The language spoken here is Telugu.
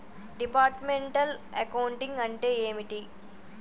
డిపార్ట్మెంటల్ అకౌంటింగ్ అంటే ఏమిటి?